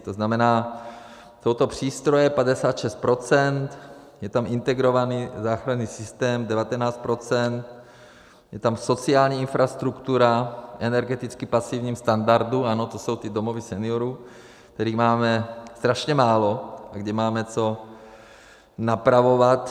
To znamená, jsou to přístroje 56 %, je tam integrovaný záchranný systém 19 %, je tam sociální infrastruktura v energeticky pasivním standardu, ano, to jsou ty domovy seniorů, kterých máme strašně málo a kde máme co napravovat.